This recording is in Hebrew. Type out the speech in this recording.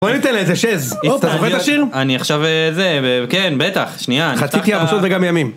בוא נתן לה איזה שז, אופ אתה זוכר את השיר? אני עכשיו זה, כן בטח, שנייה. חציתי ארצות וגם ימים